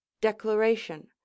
declaration